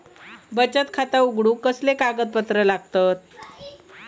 बचत खाता उघडूक कसले कागदपत्र लागतत?